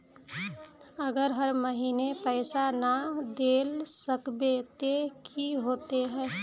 अगर हर महीने पैसा ना देल सकबे ते की होते है?